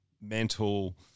mental